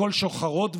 ההתפטרות,